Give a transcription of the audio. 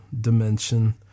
dimension